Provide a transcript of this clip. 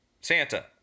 Santa